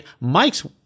Mike's